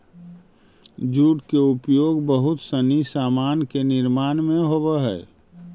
jute के उपयोग बहुत सनी सामान के निर्माण में होवऽ हई